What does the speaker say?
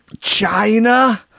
China